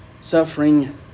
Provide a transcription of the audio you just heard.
Suffering